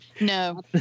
No